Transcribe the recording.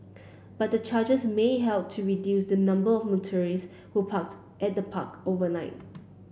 but the charges may help to reduce the number of motorists who parked at the park overnight